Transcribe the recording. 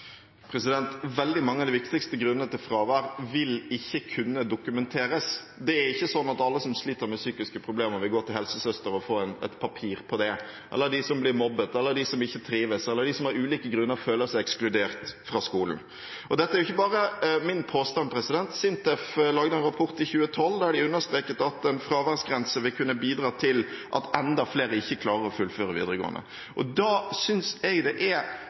Veldig mange av de viktigste grunnene til fravær vil ikke kunne dokumenteres. Det er ikke sånn at alle som sliter med psykiske problemer, vil gå til helsesøster og få et papir på det – eller de som blir mobbet, eller de som ikke trives, eller de som av ulike grunner føler seg ekskludert fra skolen. Dette er ikke bare min påstand. SINTEF laget en rapport i 2012 der de understreket at en fraværsgrense vil kunne bidra til at enda flere ikke klarer å fullføre videregående. Da synes jeg det er